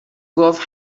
گفت